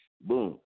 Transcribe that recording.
Boom